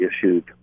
issued